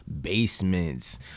basements